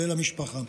כולל למשפחה.